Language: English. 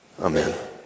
Amen